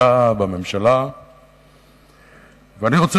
שאלו